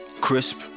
crisp